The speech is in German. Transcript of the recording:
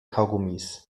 kaugummis